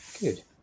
Good